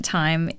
time